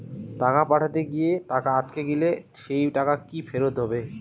টাকা পাঠাতে গিয়ে টাকা আটকে গেলে সেই টাকা কি ফেরত হবে?